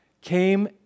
came